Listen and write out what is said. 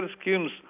schemes